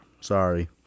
sorry